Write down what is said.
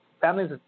families